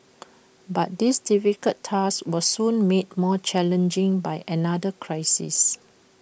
but this difficult task was soon made more challenging by another crisis